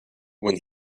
when